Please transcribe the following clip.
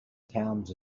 towns